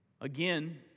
Again